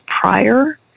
prior